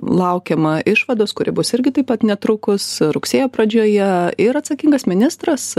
laukiama išvados kuri bus irgi taip pat netrukus rugsėjo pradžioje ir atsakingas ministras